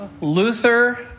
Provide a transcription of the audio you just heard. Luther